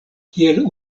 kiel